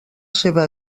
seva